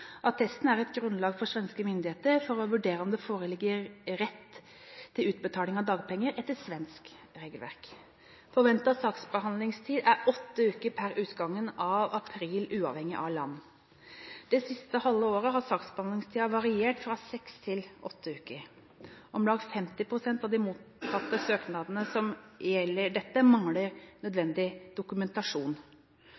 Attesten er et grunnlag for svenske myndigheter for å vurdere om det foreligger rett til utbetaling av dagpenger etter svensk regelverk. Forventet saksbehandlingstid er åtte uker per utgangen av april uavhengig av land. Det siste halve året har saksbehandlingstiden variert fra seks til åtte uker. Om lag 50 pst. av de mottatte søknadene som gjelder dette, mangler